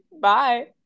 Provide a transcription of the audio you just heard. Bye